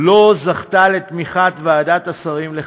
לא זכתה לתמיכת ועדת השרים לחקיקה.